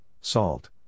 salt